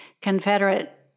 Confederate